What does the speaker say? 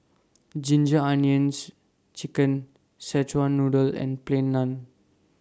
Ginger Onions Chicken Szechuan Noodle and Plain Naan